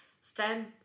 stand